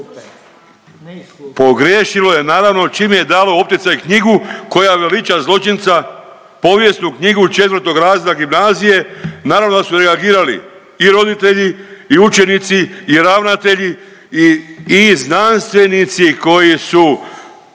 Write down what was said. Pogriješilo je naravno čim je dalo u opticaj knjigu koja veliča zločinca povijesnu knjigu 4 razreda gimnazije, naravno da su reagirali i roditelji i učenici i ravnatelji i znanstvenici koji su